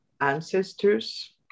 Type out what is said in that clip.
ancestors